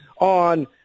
on